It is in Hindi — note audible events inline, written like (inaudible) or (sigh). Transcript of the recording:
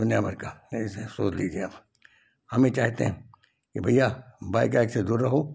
दुनिया भर का (unintelligible) सोच लीजिये आप हम ये चाहते हैं कि भैया बाइक आइक से दूर रहो